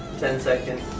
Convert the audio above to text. ten-second